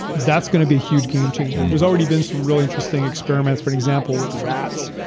that's going to be a huge game changer. there's already been some really interesting experiments, for an example with rats,